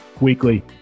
weekly